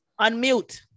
unmute